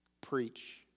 Preach